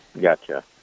Gotcha